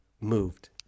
moved